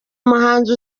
umuhanzi